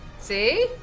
see?